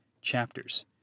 chapters